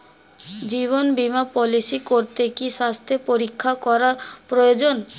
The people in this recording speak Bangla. জীবন বীমা পলিসি করতে কি স্বাস্থ্য পরীক্ষা করা প্রয়োজন?